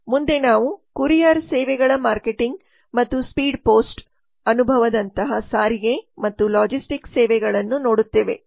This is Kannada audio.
ಮುಂದೆ ನಾವು ಕೊರಿಯರ್ ಸೇವೆಗಳ ಮಾರ್ಕೆಟಿಂಗ್ ಮತ್ತು ಸ್ಪೀಡ್ ಪೋಸ್ಟ್ ಪೋಸ್ಟ್ ಅನುಭವದಂತಹ ಸಾರಿಗೆ ಮತ್ತು ಲಾಜಿಸ್ಟಿಕ್ಸ್ ಸೇವೆಗಳನ್ನು ನೋಡುತ್ತೇವೆ